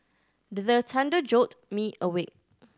the thunder jolt me awake